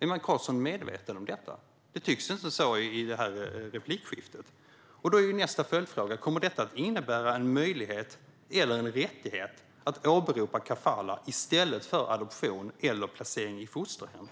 Är Maj Karlsson medveten om detta? Det tycks inte så i det här replikskiftet. Nästa följdfråga är om detta kommer att innebära en möjlighet - eller en rättighet - att åberopa kafalah i stället för adoption eller placering i fosterhem.